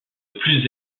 plus